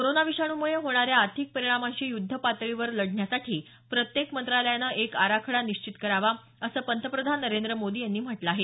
corona विषाणूमुळे होणाऱ्या आर्थिक परिणामांशी युद्ध पातळीवर लढण्यासाठी प्रत्येक मंत्रालयानं एक आराखडा निश्चित करावा असं पंतप्रधान नरेंद्र मोदी यांनी म्हटलं आहे